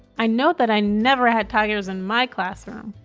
i know that i never had tigers in my classroom.